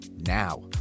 now